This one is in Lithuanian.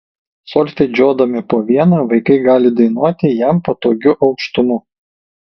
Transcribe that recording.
solfedžiuodami po vieną vaikai gali dainuoti jam patogiu aukštumu